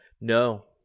No